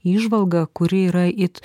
įžvalgą kuri yra it